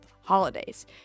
holidays